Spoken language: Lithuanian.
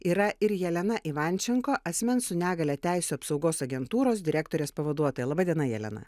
yra ir jelena ivančiko asmens su negalia teisių apsaugos agentūros direktorės pavaduotoja laba diena jelena